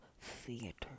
theater